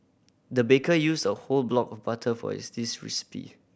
the baker used a whole block of butter for is this recipe